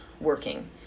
working